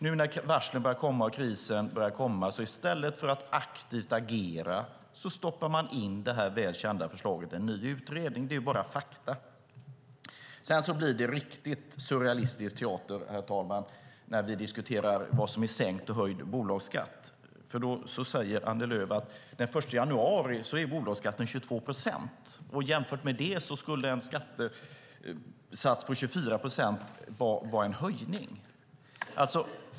Nu när varslen och krisen börjar komma stoppar man in det här väl kända förslaget i en ny utredning, i stället för att aktivt agera. Det är bara fakta. Sedan blir det riktigt surrealistisk teater, herr talman, när vi diskuterar vad som är sänkt och höjd bolagsskatt. Annie Lööf säger att bolagsskatten är 22 procent den 1 januari. Jämfört med det skulle en skattesats på 24 procent vara en höjning.